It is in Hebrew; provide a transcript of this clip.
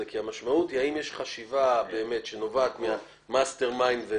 זה כי המשמעות היא האם יש חשיבה באמת שנובעת מה-master mind או